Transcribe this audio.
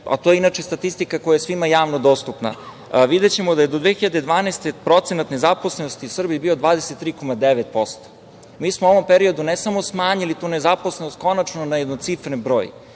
a to je inače statistika koja je svima javno dostupna, videćemo da je do 2012. godine procenat nezaposlenosti u Srbiji bio 23,9%. Mi smo u ovom periodu ne samo smanjili tu nezaposlenost konačno na jednocifren broj,